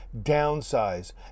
downsize